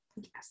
Yes